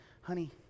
honey